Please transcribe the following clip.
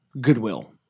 goodwill